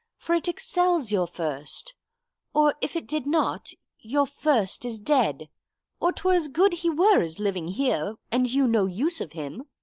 for it excels your first or if it did not, your first is dead or twere as good he were, as living here, and you no use of him.